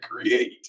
create